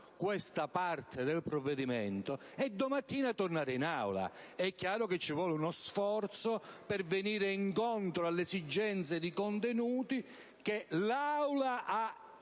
questa parte del provvedimento e domani mattina tornare in Aula. È chiaro che ci vuole uno sforzo per venire incontro alle esigenze di contenuti che l'Aula ha